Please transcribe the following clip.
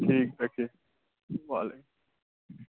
ٹھیک ہے اوکے وعلیکم